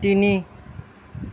তিনি